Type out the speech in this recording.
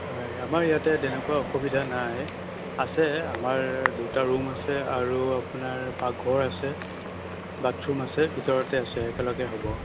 হয় আমাৰ ইয়াতে তেনেকুৱা অসুবিধা নাই আছে আমাৰ দুটা ৰুম আছে আৰু আপোনাৰ পাকঘৰ আছে বাথৰুম আছে ভিতৰতে আছে একেলগে হ'ব